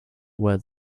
where